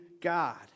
God